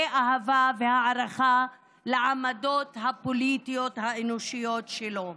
אהבה והערכה לעמדות הפוליטיות האנושיות שלו.